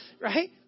right